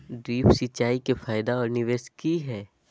Drip सिंचाई के फायदे और निवेस कि हैय?